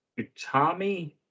utami